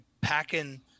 packing –